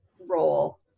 role